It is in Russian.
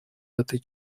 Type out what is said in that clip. этой